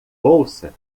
bolsa